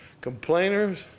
Complainers